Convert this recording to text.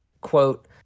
quote